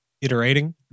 iterating